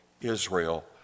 Israel